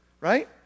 Right